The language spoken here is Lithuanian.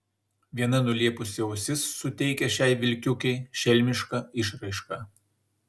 viena nulėpusi ausis suteikia šiai vilkiukei šelmišką išraišką